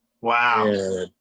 Wow